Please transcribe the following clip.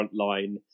frontline